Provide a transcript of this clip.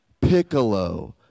Piccolo